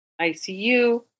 ICU